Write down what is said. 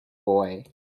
boy